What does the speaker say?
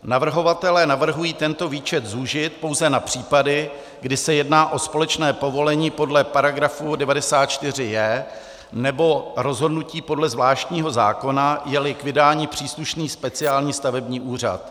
Navrhovatelé navrhují tento výčet zúžit pouze na případy, kdy se jedná o společné povolení podle § 94j nebo rozhodnutí podle zvláštního zákona, jeli k vydání příslušný speciální stavební úřad.